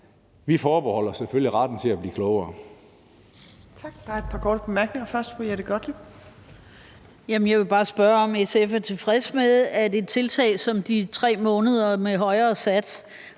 selvfølgelig retten til at blive klogere.